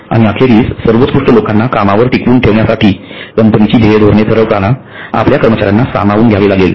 आणि अखेरीस सर्वोत्कृष्ट लोकांना कामावर टिकवून ठेवण्यासाठी कंपनीची ध्येय धोरणे ठरविताना आपल्या कर्मचाऱ्यांना सामावून घ्यावे लागेल